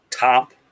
Top